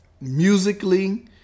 musically